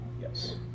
Yes